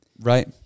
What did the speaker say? Right